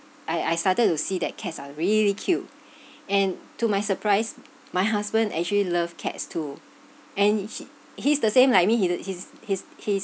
I I started to see that cats are really cute and to my surprise my husband actually love cats too and he he's the same like me he's a he's he's he's